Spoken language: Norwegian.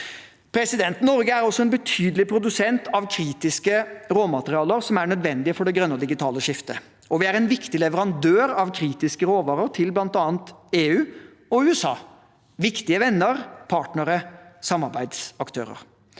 Norge er også en betydelig produsent av kritiske råmaterialer som er nødvendige for det grønne og digitale skiftet, og vi er en viktig leverandør av kritiske råvarer til bl.a. EU og USA – viktige venner, partnere, samarbeidsaktører.